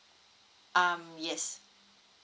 um yes